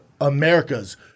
America's